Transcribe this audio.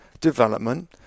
development